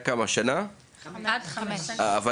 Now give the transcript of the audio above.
עד גיל חמש.